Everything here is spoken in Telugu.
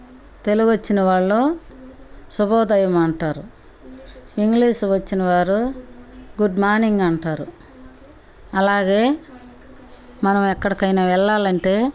తెలుగు వచ్చిన వాళ్ళు శుభోదయం అంటారు ఇంగ్లీష్ వచ్చిన వారు గుడ్ మార్నింగ్ అంటారు అలాగే మనం ఎక్కడికైనా వెళ్ళాలంటే